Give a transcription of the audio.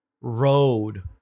road